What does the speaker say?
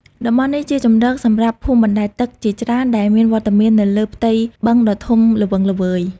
តំបន់នេះជាជម្រកសម្រាប់ភូមិបណ្ដែតទឹកជាច្រើនដែលមានវត្តមាននៅលើផ្ទៃបឹងដ៏ធំល្វឹងល្វើយ។